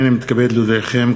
הנני מתכבד להודיעכם,